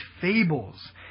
fables